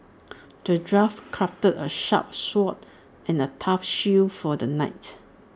the dwarf crafted A sharp sword and A tough shield for the knight